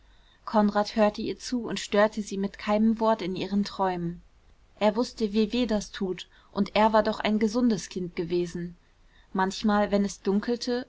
konrad hörte ihr zu und störte sie mit keinem wort in ihren träumen er wußte wie weh das tut und er war doch ein gesundes kind gewesen manchmal wenn es dunkelte